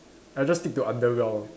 I just stick to underground